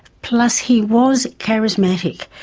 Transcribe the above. plus, he was charismatic,